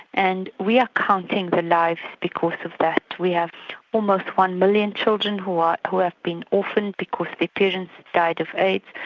and we are counting the lives because of that. we have almost one million children who ah who have been orphaned because their parents died of aids,